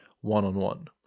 one-on-one